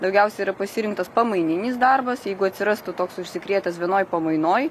daugiausia yra pasirinktas pamaininis darbas jeigu atsirastų toks užsikrėtęs vienoj pamainoj